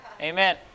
Amen